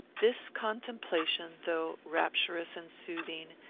this contemplation, though rapturous and soothing,